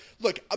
look